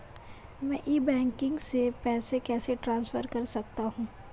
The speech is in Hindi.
मैं ई बैंकिंग से पैसे कैसे ट्रांसफर कर सकता हूं?